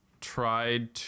tried